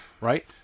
right